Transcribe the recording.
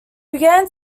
began